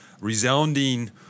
resounding –